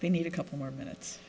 they need a couple more minutes